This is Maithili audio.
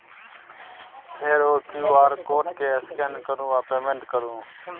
फेर ओ क्यु.आर कोड केँ स्कैन करु आ पेमेंट करु